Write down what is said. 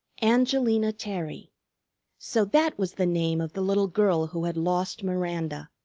angelina terry so that was the name of the little girl who had lost miranda.